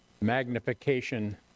magnification